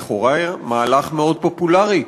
לכאורה, מהלך מאוד פופולרי,